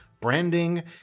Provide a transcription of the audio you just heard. branding